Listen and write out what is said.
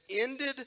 ended